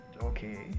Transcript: okay